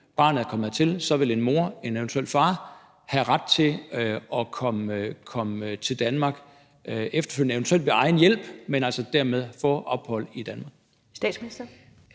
barnet er kommet hertil, vil en mor eller en eventuel far have ret til at komme til Danmark efterfølgende, eventuelt ved egen hjælp, men altså dermed få ophold i Danmark?